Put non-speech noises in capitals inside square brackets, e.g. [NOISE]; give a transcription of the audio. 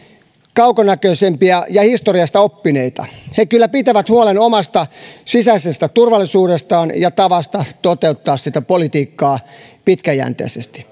kaukonäköisempiä ja historiasta oppineita he kyllä pitävät huolen omasta sisäisestä turvallisuudestaan ja tavastaan toteuttaa sitä politiikkaa pitkäjänteisesti [UNINTELLIGIBLE]